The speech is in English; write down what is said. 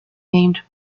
named